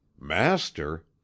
MASTER